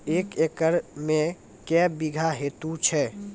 एक एकरऽ मे के बीघा हेतु छै?